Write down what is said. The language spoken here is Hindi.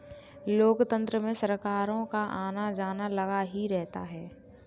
लोकतंत्र में सरकारों का आना जाना लगा ही रहता है